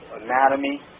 anatomy